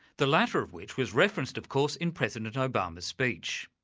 the latter of which was referenced, of course, in president obama's speech.